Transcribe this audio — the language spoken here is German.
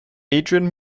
adrian